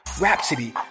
rhapsody